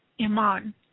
Iman